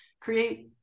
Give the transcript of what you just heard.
create